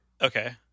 Okay